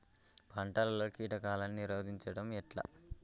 పంటలలో కీటకాలను నిరోధించడం ఎట్లా?